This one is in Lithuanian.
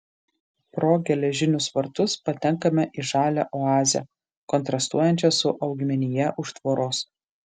pro geležinius vartus patenkame į žalią oazę kontrastuojančią su augmenija už tvoros